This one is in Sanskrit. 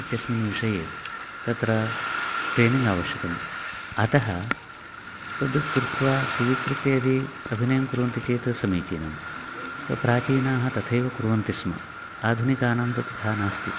इत्यस्मिन् विषये तत्र ट्रैनिङ्ग् आवश्यकम् अतः तद् कृत्वा स्वीकृत्य यदि अभिनयं कुर्वन्ति चेत् समीचीनं प्राचीनाः तथैव कुर्वन्ति स्म आधुनिकानां तु तथा नास्ति